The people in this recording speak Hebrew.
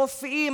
הרופאים,